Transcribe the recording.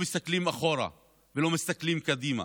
אתם לא מסתכלים אחורה ולא מסתכלים קדימה,